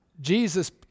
Jesus